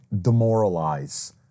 demoralize